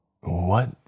What